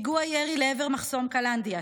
פיגוע ירי לעבר מחסום קלנדיה,